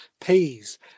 peas